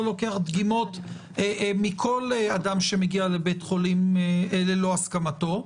לוקח דגימות מאדם שמגיע לבית חולים ללא הסכמתו.